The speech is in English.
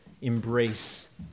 embrace